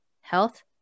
health